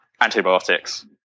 antibiotics